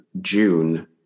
June